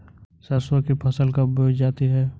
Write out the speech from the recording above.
सरसों की फसल कब बोई जाती है?